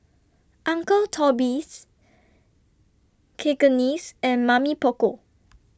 Uncle Toby's Cakenis and Mamy Poko